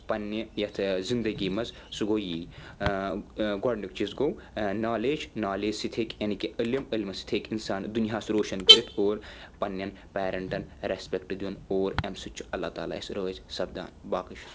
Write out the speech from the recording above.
پَننہِ یَتھ زِنٛدگی منٛز سُہ گوٚو یی گۄڈنیُک چیٖز گوٚو نالَیج نالَیج سۭتۍ ہیٚکہِ یعنے کہِ عِلم عِلمہٕ سۭتۍ ہیٚکہِ اِنسان دُنیاہَس روشَن کٔرِتھ اور پَنٛنؠن پَیرَنٛٹَن رَیٚسپِیٚکٹ دِیُن اور اَمہِ سۭتۍ چھُ اللہ تعالیٰ اَسہِ رٲضۍ سَپدَان باقٕے